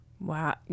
Wow